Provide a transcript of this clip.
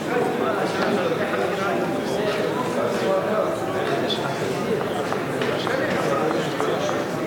חוק לתיקון פקודת מס הכנסה (מס' 180),